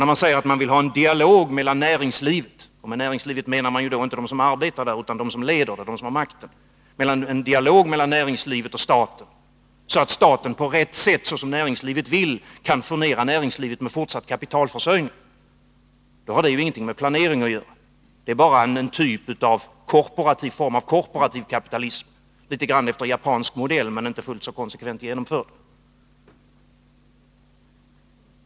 När man säger att man vill ha en dialog mellan näringslivet och staten — med näringslivet menar man då inte de som arbetar där utan de som leder företagen, de som har makten -— så att staten på rätt sätt och som så näringslivet vill kan furnera näringslivet med fortsatt kapitalförsörjning, har det ingenting med planering att göra. Det är bara en form av korporativ kapitalism, litet grand efter japansk modell men inte fullt så konsekvent genomförd.